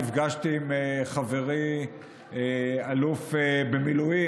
נפגשתי עם חברי האלוף במילואים,